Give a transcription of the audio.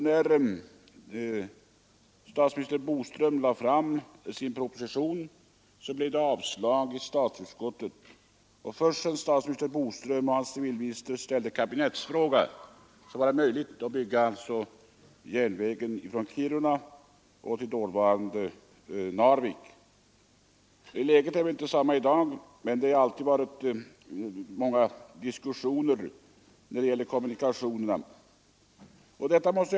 När statsminister Boström lade fram sin proposition avstyrkte statsutskottet den, och först sedan statsminister Boström och hans civilminister hade ställt kabinettsfråga blev det möjligt att bygga järnvägen från Kiruna till Narvik. Läget är inte detsamma i dag, men det har alltid varit långa diskussioner när det gällt kommunikationerna i detta område.